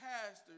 pastors